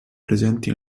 presenti